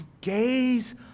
gaze